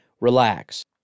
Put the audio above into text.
Relax